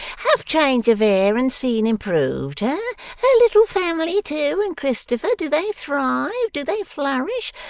have change of air and scene improved her? her little family too, and christopher? do they thrive? do they flourish?